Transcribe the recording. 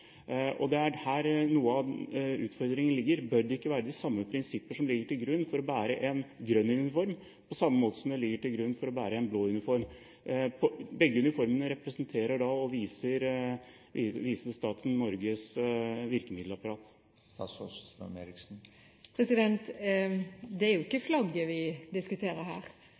her noe av utfordringen ligger: Bør det ikke være de samme prinsipper som ligger til grunn for å bære en grønn uniform som en blå uniform? Begge uniformene representerer og viser staten Norges virkemiddelapparat. Det er ikke flagget vi diskuterer her.